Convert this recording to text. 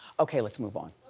okay let's move on.